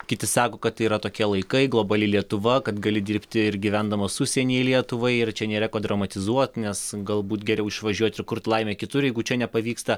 kiti sako kad yra tokie laikai globali lietuva kad gali dirbti ir gyvendamas užsienyje lietuvai ir čia nėra ko dramatizuot nes galbūt geriau išvažiuoti kurti laimę kitur jeigu čia nepavyksta